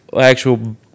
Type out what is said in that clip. actual